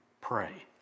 pray